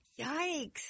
Yikes